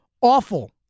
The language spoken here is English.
awful